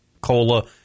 cola